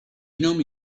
nomi